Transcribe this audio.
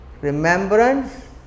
remembrance